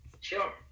Sure